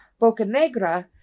Bocanegra